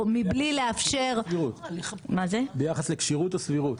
או מבלי לאפשר -- ביחס לכשירות או סבירות?